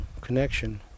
connection